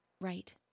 Right